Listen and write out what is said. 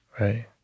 Right